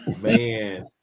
Man